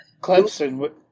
Clemson